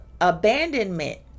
abandonment